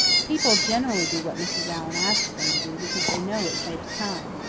people generally do what mrs. allan asks them to do because they know it saves time.